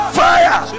fire